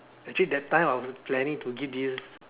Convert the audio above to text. actually that time I was planning to give this